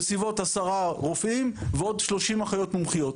בסביבות עשרה רופאים ועוד שלושים אחיות מומחיות,